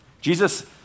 Jesus